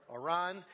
Iran